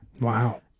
Wow